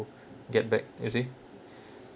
get back you see